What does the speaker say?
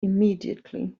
immediately